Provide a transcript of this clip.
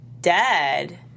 dead